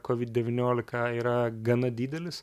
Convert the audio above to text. covid devyniolika yra gana didelis